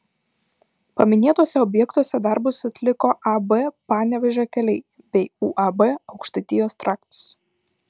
paminėtuose objektuose darbus atliko ab panevėžio keliai bei uab aukštaitijos traktas